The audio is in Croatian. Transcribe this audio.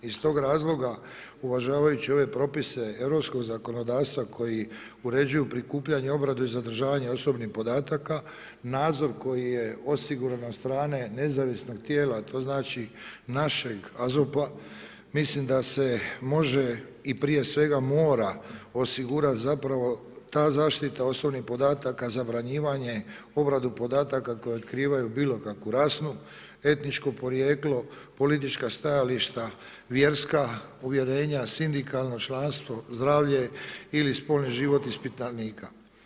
Iz tog razloga uvažavajući ove propise europskog zakonodavstva koji uređuju prikupljanje, obradu i zadržavanje osobnih podataka nadzor koji je osiguran od strane nezavisnog tijela, a to znači našeg AZOP-a, mislim da se može i prije svega mora osigurat ta zaštita osobnih podataka, zabranjivanje obradu podataka koji otkrivaju bilo kakvu rasnu, etničku porijeklo, politička stajališta, vjerska, uvjerenja, sindikalno članstvo, zdravlje ili spolni život ispitanika.